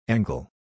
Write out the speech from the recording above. Angle